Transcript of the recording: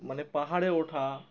মানে পাহাড়ে ওঠা